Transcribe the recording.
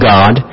God